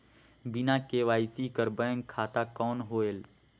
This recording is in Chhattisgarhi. बिना के.वाई.सी कर बैंक खाता कौन होएल?